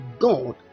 God